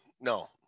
No